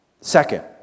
Second